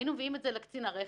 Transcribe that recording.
היינו מביאים את זה לקצין הרכב,